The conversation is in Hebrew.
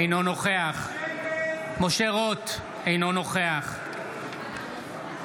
אינו נוכח משה רוט, אינו נוכח אלון